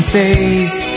face